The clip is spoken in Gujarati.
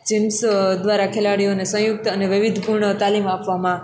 જીમ્સ દ્વારા ખેલાડીઓને સંયુક્ત અને વૈવિધ્યપૂર્ણ તાલીમ આપવામાં